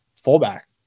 fullback